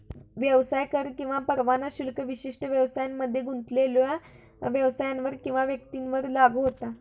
व्यवसाय कर किंवा परवाना शुल्क विशिष्ट व्यवसायांमध्ये गुंतलेल्यो व्यवसायांवर किंवा व्यक्तींवर लागू होता